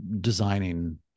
designing